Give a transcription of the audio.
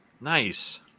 Nice